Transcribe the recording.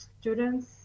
students